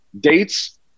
dates